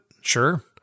Sure